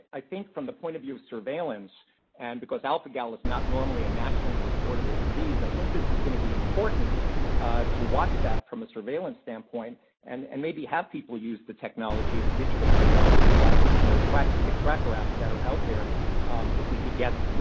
i think, from the point of view of surveillance and because alpha-gal is not normally a national reportable disease, i think this is going to be important to watch that from a surveillance standpoint and and maybe have people use the technology, the digital technology like, you know, tracker, tick tracker apps that are out there if we can get, you